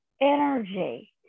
energy